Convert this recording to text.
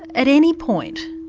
at any point,